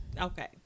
Okay